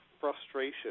frustration